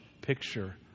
picture